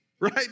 right